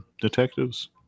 Detectives